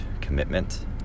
commitment